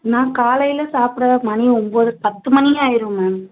நான் காலையில் சாப்பிட மணி ஒம்பது பத்து மணியே ஆயிடும் மேம்